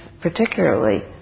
particularly